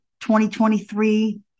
2023